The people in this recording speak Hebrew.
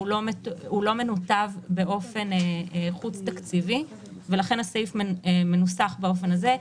הוא לא מנותב באופן חוץ-תקציבי ולכן הסעיף מנוסח באופן הזה.